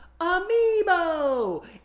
amiibo